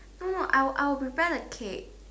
no no I'll I'll prepare the cake